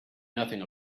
nothing